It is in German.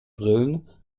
brillen